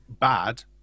bad